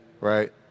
right